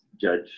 judge